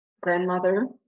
grandmother